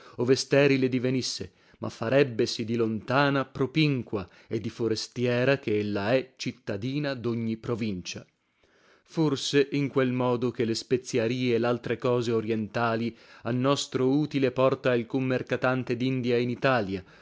ove sterile divenisse ma farebbesi di lontana propinqua e di forestiera che ella è cittadina dogni provincia forse in quel modo che le speziarie e laltre cose orientali a nostro utile porta alcun mercatante dindia in italia